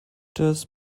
das